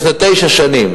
לפני תשע שנים,